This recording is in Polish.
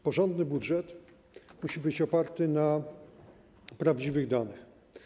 Porządny budżet musi być oparty na prawdziwych danych.